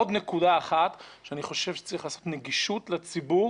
עוד נקודה אחת, אני חושב שצריך לתת נגישות לציבור